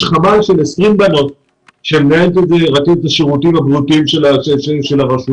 יש חמ"ל של 20 בנות שמטפל בשירותים הבריאותיים של הרשות.